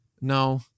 no